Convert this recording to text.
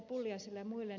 pulliaiselle ja muille